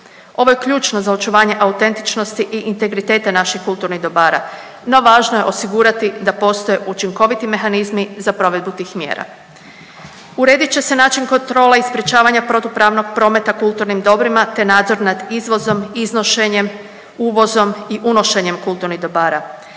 Ovo je ključno za očuvanje autentičnosti i integriteta naših kulturnih dobara, no važno je osigurati da postoje učinkoviti mehanizmi za provedbu tih mjera. Uredit će se način kontrola i sprječavanja protupravnog prometa kulturnim dobrima te nadzor nad izvozom, iznošenjem, uvozom i unošenjem kulturnih dobara.